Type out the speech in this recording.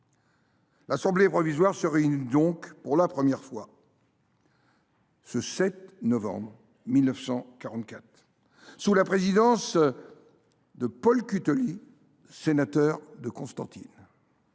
consultative provisoire se réunit pour la première fois le 7 novembre 1944 sous la présidence de Paul Cuttoli, sénateur de Constantine.